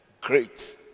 great